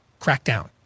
crackdown